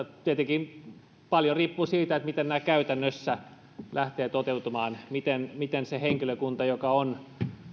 tietenkin paljon riippuu siitä miten nämä käytännössä lähtevät toteutumaan miten miten se henkilökunta joka on